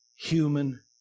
human